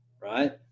right